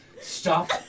stop